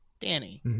Danny